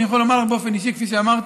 אני יכול לומר לך באופן אישי, כפי שאמרתי: